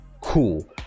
Cool